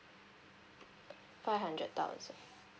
five hundred dollars